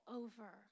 over